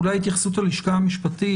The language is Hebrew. אולי את התייחסות הלשכה המשפטית,